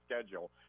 schedule